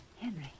Henry